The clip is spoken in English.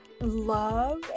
love